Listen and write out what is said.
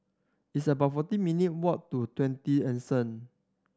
it's about forty minute walk to Twenty Anson